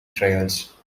trials